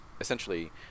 essentially